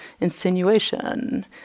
insinuation